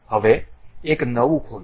હવે એક નવું ખોલો